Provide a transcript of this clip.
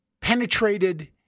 penetrated